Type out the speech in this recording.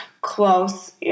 close